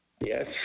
yes